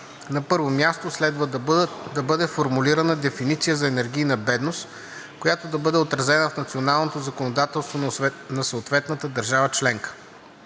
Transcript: На първо място, следва да бъде формулирана дефиниция за енергийна бедност, която да бъде отразена в националното законодателство на съответната държава членка.